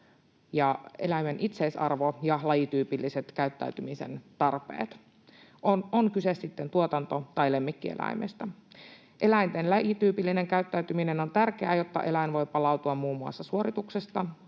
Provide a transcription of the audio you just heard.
eläimen itseisarvo ja lajityypilliset käyttäytymisen tarpeet, on kyse sitten tuotanto- tai lemmikkieläimestä. Eläinten lajityypillinen käyttäytyminen on tärkeää, jotta eläin voi palautua muun muassa suorituksesta,